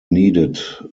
needed